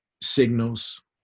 signals